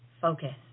Focus